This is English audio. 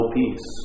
peace